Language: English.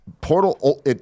Portal